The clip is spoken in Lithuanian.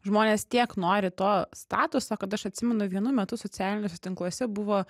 žmonės tiek nori to statuso kad aš atsimenu vienu metu socialiniuose tinkluose buvo